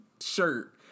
shirt